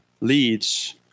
leads